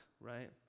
right